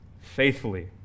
faithfully